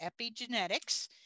epigenetics